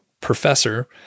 professor